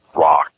rock